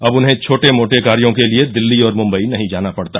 अब उन्हें छोटे मोटे कार्यों के लिए दिल्ली और मुम्बई नहीं जाना पड़ता